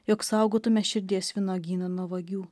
jog saugotume širdies vynuogyną nuo vagių